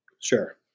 Sure